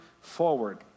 forward